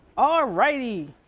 alrighty.